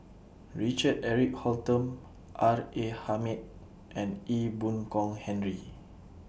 Richard Eric Holttum R A Hamid and Ee Boon Kong Henry